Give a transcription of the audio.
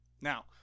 Now